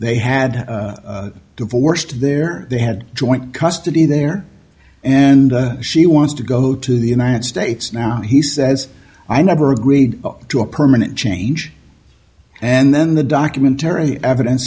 they had divorced there they had joint custody there and she wants to go to the united states now he says i never agreed to a permanent change and then the documentary evidence